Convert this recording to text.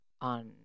on